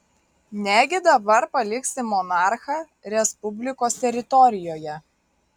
negi dabar paliksi monarchą respublikos teritorijoje